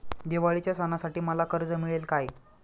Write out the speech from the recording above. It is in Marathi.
दिवाळीच्या सणासाठी मला कर्ज मिळेल काय?